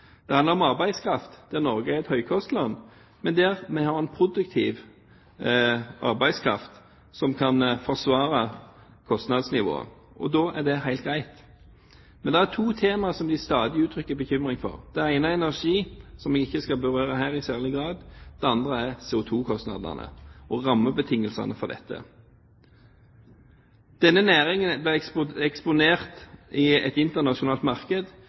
det handler om arbeidskraft, er Norge et høykostland, men vi har en produktiv arbeidskraft som kan forsvare kostnadsnivået, og da er det helt greit. Det er to temaer som en stadig uttrykker bekymring for: Det ene er energi, som jeg ikke skal berøre her i særlig grad. Det andre er CO2-kostnadene og rammebetingelsene for dette. Denne næringen er eksponert i et internasjonalt marked